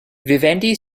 vivendi